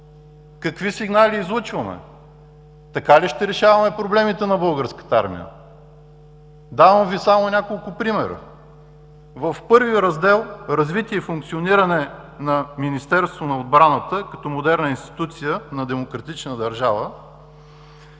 какви сигнали излъчваме? Така ли ще решаваме проблемите на Българската армия? Давам Ви само няколко примера. В Раздел І „Развитие и функциониране на Министерството на отбраната като модерна институция на демократична държава“